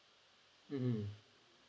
mm